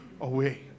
away